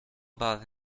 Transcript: about